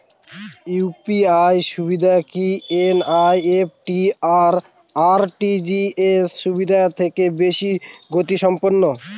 UPI সুবিধা কি NEFT আর আর.টি.জি.এস সুবিধা থেকে বেশি গতিসম্পন্ন?